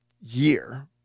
year